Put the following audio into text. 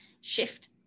shift